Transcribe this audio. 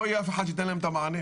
לא יהיה אף אחד שייתן להם את המענה.